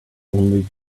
only